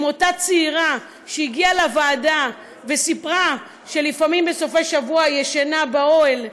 אם אותה צעירה שהגיעה לוועדה וסיפרה שלפעמים בסופי-שבוע היא ישנה באוהל,